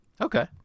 Okay